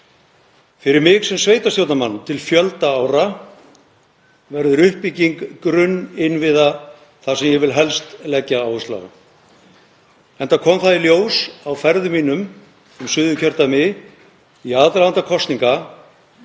Fyrir mig sem sveitarstjórnarmann til fjölda ára verður uppbygging grunninnviða það sem ég vil helst leggja áherslu á, enda kom það í ljós á ferðum mínum um Suðurkjördæmi í aðdraganda kosninga